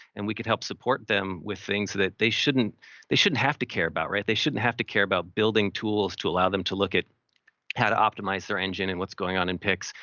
and we could help support them with things that they shouldn't they shouldn't have to care about. they shouldn't have to care about building tools to allow them to look at how to optimize their engine and what's going on in pics.